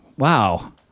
Wow